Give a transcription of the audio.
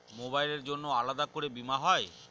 মোবাইলের জন্য আলাদা করে বীমা হয়?